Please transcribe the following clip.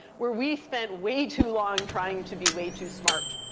where we spent way too long trying to be way too smart.